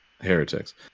Heretics